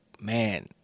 Man